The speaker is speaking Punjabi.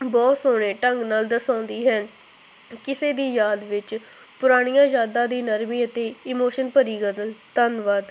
ਬਹੁਤ ਸੋਹਣੇ ਢੰਗ ਨਾਲ ਦਰਸਾਉਂਦੀ ਹੈ ਕਿਸੇ ਦੀ ਯਾਦ ਵਿੱਚ ਪੁਰਾਣੀਆਂ ਯਾਦਾਂ ਦੀ ਨਰਮੀ ਅਤੇ ਇਮੋਸ਼ਨ ਭਰੀ ਗਜ਼ਲ ਧੰਨਵਾਦ